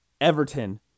Everton